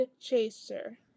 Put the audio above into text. chaser